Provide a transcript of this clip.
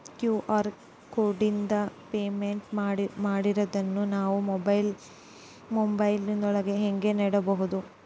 QR ಕೋಡಿಂದ payment ಮಾಡಿರೋದನ್ನ ನಾವು ಮೊಬೈಲಿನೊಳಗ ಹೆಂಗ ನೋಡಬಹುದು?